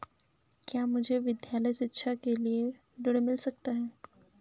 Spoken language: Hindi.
क्या मुझे विद्यालय शिक्षा के लिए ऋण मिल सकता है?